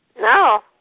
No